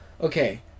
okay